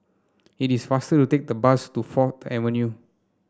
it is faster to take the bus to Fourth Avenue